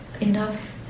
enough